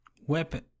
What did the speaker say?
Weapon